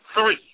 three